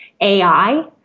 AI